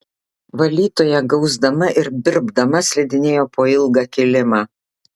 valytoja gausdama ir birbdama slidinėjo po ilgą kilimą